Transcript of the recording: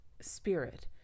spirit